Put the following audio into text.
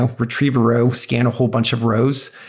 ah retrieve a row, scan a whole bunch of rows,